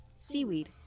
Seaweed